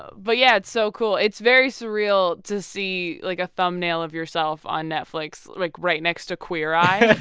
ah but yeah, it's so cool. it's very surreal to see like a thumbnail of yourself on netflix like right next to queer eye. eye.